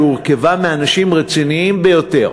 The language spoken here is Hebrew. שהורכבה מאנשים רציניים ביותר,